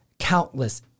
Countless